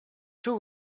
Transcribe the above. two